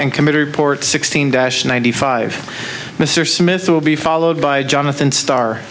and committee report sixteen dash ninety five mr smith will be followed by jonathan star